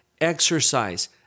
exercise